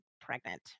pregnant